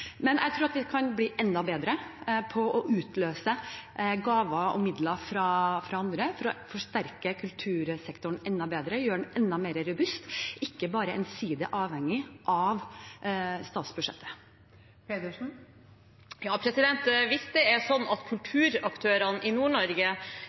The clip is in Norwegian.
Men jeg tror at vi kan bli enda bedre på å utløse gaver og midler fra andre for å forsterke kultursektoren enda mer og gjøre den enda mer robust, ikke bare ensidig avhengig av statsbudsjettet. Hvis det er sånn at